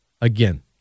Again